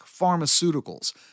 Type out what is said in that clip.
pharmaceuticals